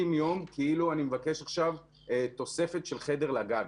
ימים כאילו אני מבקש עכשיו תוספת של חדר לגג.